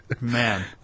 Man